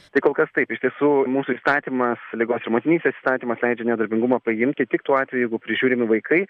tai kol kas taip iš tiesų mūsų įstatymas ligos ir motinystės įstatymas leidžia nedarbingumą paimti tik tuo atveju jeigu prižiūrimi vaikai